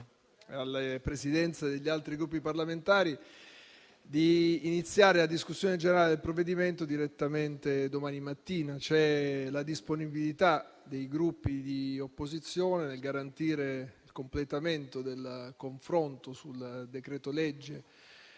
alle Presidenze degli altri Gruppi parlamentari di iniziare la discussione generale del provvedimento direttamente domani mattina. C'è la disponibilità dei Gruppi di opposizione a garantire il completamento del confronto sul decreto-legge